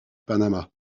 panama